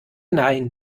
nein